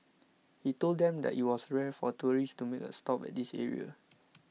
he told them that it was rare for tourists to make a stop at this area